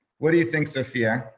what do you think sofia?